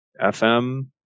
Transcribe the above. FM